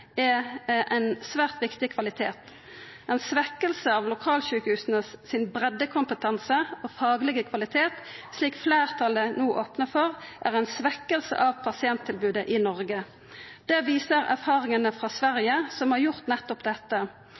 er ein svært viktig kvalitet. Ei svekking av breiddekompetansen og den faglege kvaliteten til lokalsjukehusa, slik fleirtalet no opnar for, er ei svekking av pasienttilbodet i Noreg. Det viser erfaringane frå Sverige, som har gjort nettopp dette.